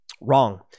Wrong